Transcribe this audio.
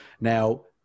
Now